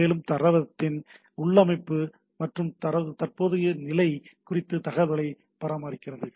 மேலும் தரவுத்தளத்தின் உள்ளமைவு அல்லது தற்போதைய நிலை குறித்த தகவல்களைப் பராமரிக்கிறது